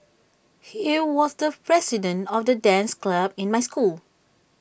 he was the president of the dance club in my school